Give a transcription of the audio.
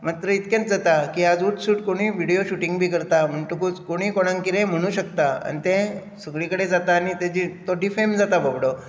मातर इतकेंत जाता की आज उट सूट कोणूय विडीयो शूटींग बी करता म्हणटकूच कोणूय कोणाक कितेंय म्हणू शकता तें सगळीं कडेन जाता आनी तेजी तो डिफेम जाता बाबडो